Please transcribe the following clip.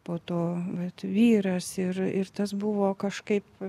po to vat vyras ir ir tas buvo kažkaip